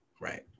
Right